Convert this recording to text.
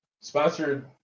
Sponsored